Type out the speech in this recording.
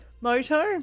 Moto